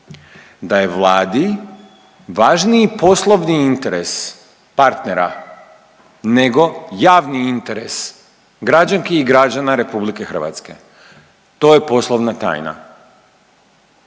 da je Vladi važniji poslovni interes partnera nego javni interes građanki i građana RH. To je poslovna tajna.